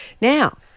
Now